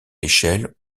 l’échelle